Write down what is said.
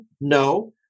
no